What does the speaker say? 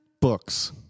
Books